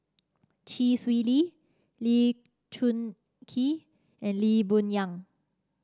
Chee Swee Lee Lee Choon Kee and Lee Boon Yang